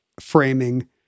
framing